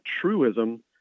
truism